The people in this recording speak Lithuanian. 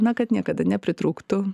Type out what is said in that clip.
na kad niekada nepritrūktų